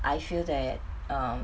I feel that um